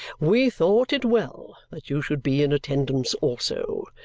we thought it well that you should be in attendance also.